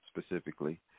specifically